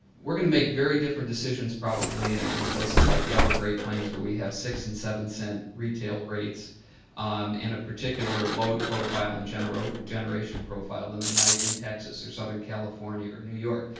we are going to make very different decisions probably and in places like the upper great plains where we have six and seven cent retail rates um in a particular load profile and generation generation profile than they might in texas or southern california or new york.